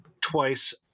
twice